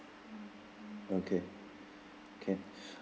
okay can